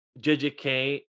JJK